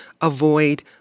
avoid